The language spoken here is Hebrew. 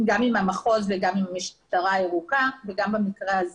המחוז וגם עם המשטרה, וכך גם במקרה הזה.